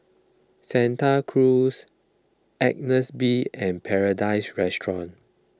Santa Cruz Agnes B and Paradise Restaurant